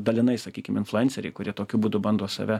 dalinai sakykim influenceriai kurie tokiu būdu bando save